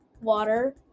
water